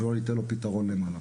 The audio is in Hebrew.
ולא ניתן לו את הפתרון למעלה.